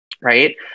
Right